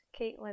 Caitlin